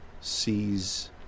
sees